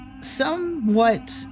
Somewhat